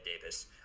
Davis